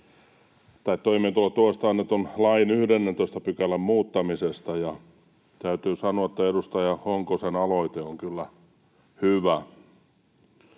laiksi toimeentulotuesta annetun lain 11 §:n muuttamisesta, ja täytyy sanoa, että edustaja Honkosen aloite on kyllä hyvä.